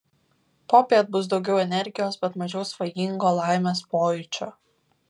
popiet bus daugiau energijos bet mažiau svajingo laimės pojūčio